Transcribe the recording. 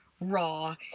raw